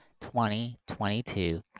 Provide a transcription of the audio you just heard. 2022